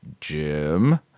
Jim